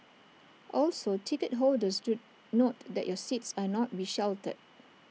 also ticket holders do note that your seats are not be sheltered